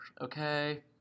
Okay